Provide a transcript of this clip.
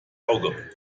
auge